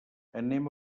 anem